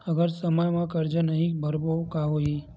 अगर समय मा कर्जा नहीं भरबों का होई?